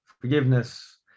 forgiveness